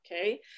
Okay